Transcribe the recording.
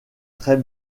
très